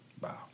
Wow